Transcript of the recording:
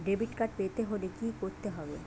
Debit card পেতে হলে কি করতে হবে?